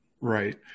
Right